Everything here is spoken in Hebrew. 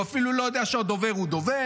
הוא אפילו לא יודע שהדובר הוא דובר,